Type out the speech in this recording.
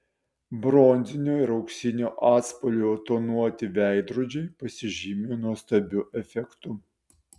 bronzinio ir auksinio atspalvio tonuoti veidrodžiai pasižymi nuostabiu efektu